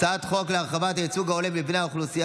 הצעת חוק להרחבת הייצוג ההולם של בני האוכלוסייה